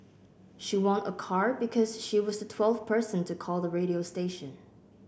she won a car because she was the twelfth person to call the radio station